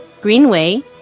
Greenway